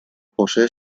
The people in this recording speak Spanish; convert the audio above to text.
posee